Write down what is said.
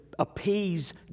appease